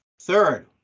Third